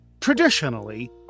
Traditionally